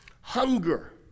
Hunger